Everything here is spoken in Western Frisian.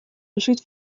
beslút